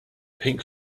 pink